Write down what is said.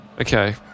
Okay